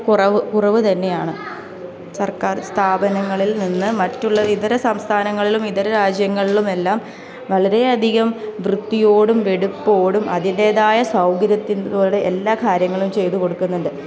കുറവ് കുറവ് തന്നെയാണ് സർക്കാർ സ്ഥാപനങ്ങളിൽനിന്ന് മറ്റുള്ള ഇതര സംസ്ഥാനങ്ങളിലും ഇതര രാജ്യങ്ങളിലും എല്ലാം വളരെയധികം വൃത്തിയോടും വെടുപ്പോടും അതിൻറ്റേതായ സൗകര്യത്തിനോടെ എല്ലാ കാര്യങ്ങളും ചെയ്ത് കൊടുക്കുന്നുണ്ട്